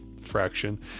fraction